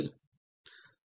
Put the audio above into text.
तर 5